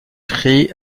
cri